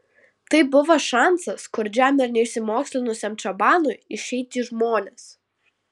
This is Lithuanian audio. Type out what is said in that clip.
tai buvo šansas skurdžiam ir neišsimokslinusiam čabanui išeiti į žmones